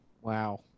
Wow